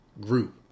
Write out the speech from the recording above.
group